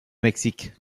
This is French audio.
mexique